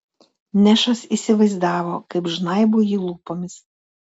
nešas įsivaizdavo kaip žnaibo jį lūpomis